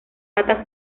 patas